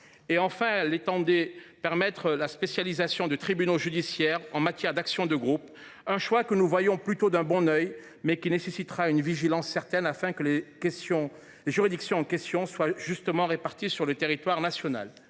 Enfin, elle ouvrait la voie à la spécialisation de tribunaux judiciaires en matière d’action de groupe, choix que nous voyons plutôt d’un bon œil, mais qui nécessitera une vigilance certaine, afin que les juridictions en question soient justement réparties sur le territoire national.